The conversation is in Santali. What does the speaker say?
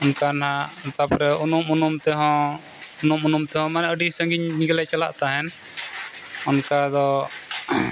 ᱚᱱᱠᱟᱱᱟᱜ ᱛᱟᱯᱚᱨᱮ ᱩᱱᱩᱢ ᱩᱱᱩᱢ ᱛᱮᱦᱚᱸ ᱩᱱᱩᱢ ᱩᱱᱩᱢ ᱛᱮᱦᱚᱸ ᱢᱟᱱᱮ ᱟᱹᱰᱤ ᱥᱟᱺᱜᱤᱧ ᱱᱤᱡᱮ ᱞᱮ ᱪᱟᱞᱟᱜ ᱛᱟᱦᱮᱱ ᱚᱱᱠᱟ ᱫᱚ